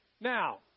Now